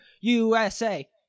USA